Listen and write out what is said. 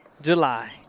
July